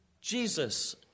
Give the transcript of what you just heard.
Jesus